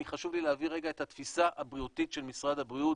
חשוב לי להביא את התפיסה הבריאותית של משרד הבריאות